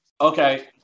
okay